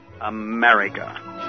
America